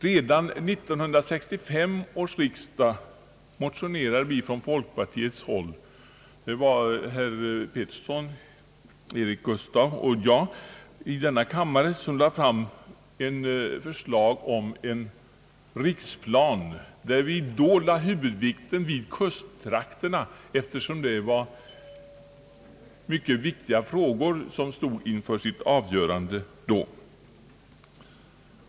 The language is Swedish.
Redan vid 1963 års riksdag motionerade folkpartiet, herr Eric Gustaf Peterson och jag i denna kammare, om en riksplanering, och vi lade då huvudvikten vid kusttrakterna, eftersom mycket viktiga frågor rörande dessa stod inför sitt avgörande.